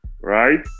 right